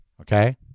Okay